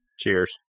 Cheers